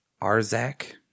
Arzak